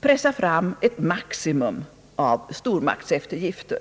pressa fram ett maximum av stormaktseftergifter.